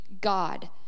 God